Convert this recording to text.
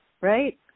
right